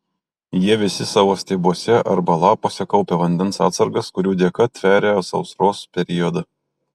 jie visi savo stiebuose arba lapuose kaupia vandens atsargas kurių dėka tveria sausros periodą